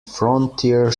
frontier